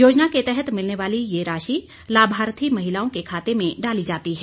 योजना के तहत मिलने वाली ये राशि लाभार्थी महिलाओं के खाते में डाली जाती है